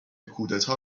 کودتا